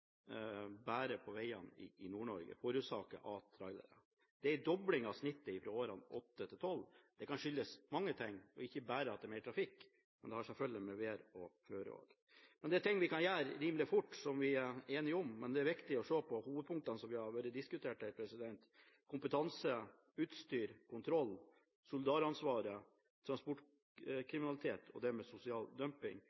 bare på vegene i Nord-Norge forårsaket av trailere. Det er en dobling av snittet fra årene 2008–2012. Det kan skyldes mange ting, ikke bare at det er mer trafikk, men det har selvfølgelig med vær og føre å gjøre også. Det er ting vi kan gjøre rimelig fort, som vi er enige om, men det er viktig å se på hovedpunktene som har vært diskutert her: kompetanse, utstyr, kontroll, solidaransvaret,